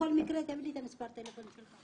בכל מקרה תן לי את מספר הטלפון שלך,